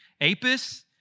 Apis